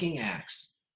acts